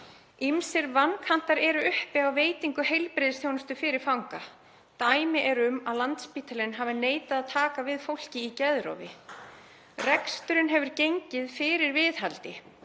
Ýmsir vankantar eru á veitingu heilbrigðisþjónustu fyrir fanga. Dæmi eru um að Landspítalinn hafi neitað að taka við fólki í geðrofi. Reksturinn hefur gengið fyrir viðhaldi.